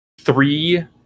three